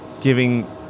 giving